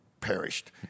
perished